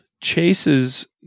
chases